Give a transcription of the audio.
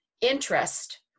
interest